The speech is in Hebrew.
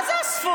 מה זה אספו?